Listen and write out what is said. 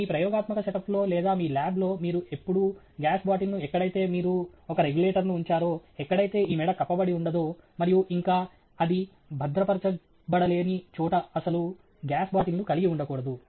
మీ ప్రయోగాత్మక సెటప్లో లేదా మీ ల్యాబ్లో మీరు ఎప్పుడూ గ్యాస్ బాటిల్ను ఎక్కడైతే మీరు ఒక రెగ్యులేటర్ను ఉంచారో ఎక్కడైతే ఈ మెడ కప్పబడి ఉండదో మరియు ఇంకా అది భద్రపరచబడలేని చోట అసలు గ్యాస్ బాటిల్ ను కలిగి ఉండకూడదు